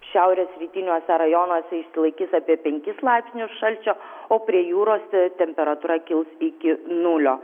šiaurės rytiniuose rajonuose išsilaikys apie penkis laipsnius šalčio o prie jūros temperatūra kils iki nulio